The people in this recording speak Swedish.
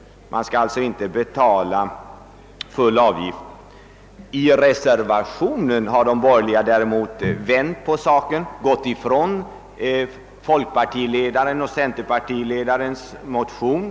Man skall alltså inte betala full avgift. I reservationen 1 har de borgerliga däremot vänt på frågan och gått ifrån folkpartiledarens och centerpartiledarens motion.